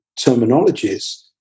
terminologies